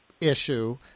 Issue